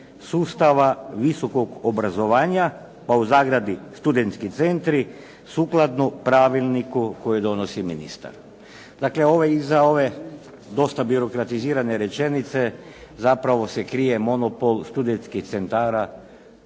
sustava visokog obrazovanja, (studentski centri), sukladno pravilniku koji donosi ministar. Dakle ove, iza ove dosta birokratizirane rečenice zapravo se krije monopol studentskih centara